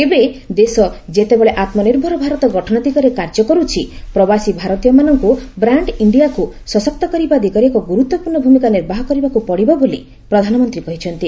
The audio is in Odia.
ଏବେ ଦେଶ ଯେତେବେଳେ ଆତ୍ମନିର୍ଭର ଭାରତ ଗଠନ ଦିଗରେ କାର୍ଯ୍ୟ କରୁଛି ପ୍ରବାସୀ ଭାରତୀୟମାନଙ୍କୁ ବ୍ରାଣ୍ଡ ଇଣ୍ଡିଆକୁ ସଶକ୍ତ କରିବା ଦିଗରେ ଏକ ଗୁରୁତ୍ୱପୂର୍ଣ୍ଣ ଭୂମିକା ନିର୍ବାହ କରିବାକୁ ପଡ଼ିବ ବୋଲି ପ୍ରଧାନମନ୍ତ୍ରୀ କହିଛନ୍ତି